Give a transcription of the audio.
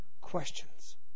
questions